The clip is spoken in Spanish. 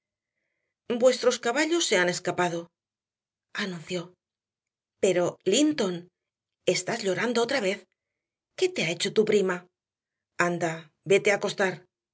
entrar vuestros caballos se han escapado anunció pero linton estás llorando otra vez qué te ha hecho tu prima anda vete a acostar